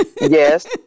Yes